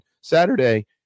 Saturday